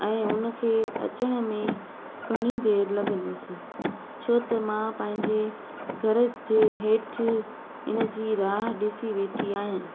ऐं उनखे अचण में घणी देरि लगंदसि छो त मां पंहिंजे घर जे हेठि इनजी राह ॾिसी वेठी आहियां